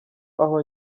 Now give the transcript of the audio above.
aho